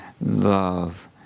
love